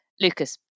Lucas